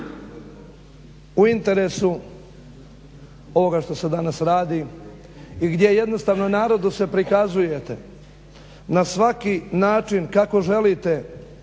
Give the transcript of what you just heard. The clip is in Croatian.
u interesu ovoga što se danas radi i gdje se jednostavno narodu prikazujete na svaki način kako želite